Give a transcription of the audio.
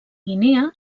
guinea